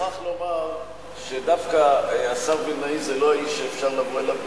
אני מוכרח לומר שדווקא השר וילנאי זה לא האיש שאפשר לבוא אליו בטענות.